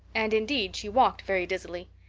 and indeed, she walked very dizzily.